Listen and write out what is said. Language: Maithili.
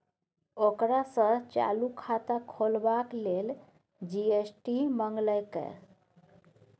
ओकरा सँ चालू खाता खोलबाक लेल जी.एस.टी मंगलकै